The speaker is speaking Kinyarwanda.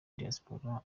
diaspora